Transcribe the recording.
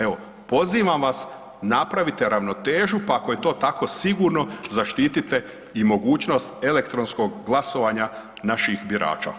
Evo, pozivam vas napravite ravnotežu pa ako je to tako sigurno zaštitite i mogućnost elektronskog glasovanja naših birača.